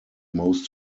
most